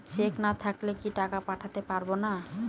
Check না থাকলে কি টাকা পাঠাতে পারবো না?